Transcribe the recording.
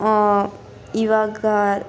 ಇವಾಗ